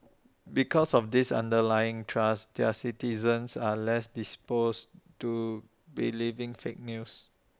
because of this underlying trust their citizens are less disposed to believing fake news